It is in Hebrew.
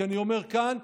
כי אני אומר כאן,